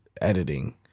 editing